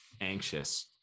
anxious